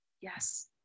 Yes